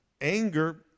Anger